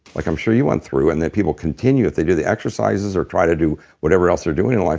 like i'm sure you went through, and then people continue if they do the exercises or try to do whatever else they're doing in life,